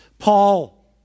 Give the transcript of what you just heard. Paul